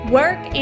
work